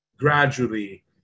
gradually